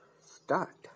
start